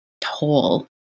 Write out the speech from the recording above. toll